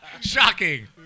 Shocking